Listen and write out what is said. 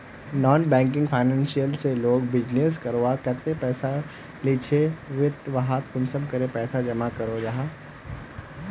Non banking financial से लोग business करवार केते पैसा लिझे ते वहात कुंसम करे पैसा जमा करो जाहा?